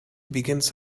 begins